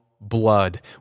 blood